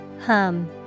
Hum